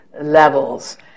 levels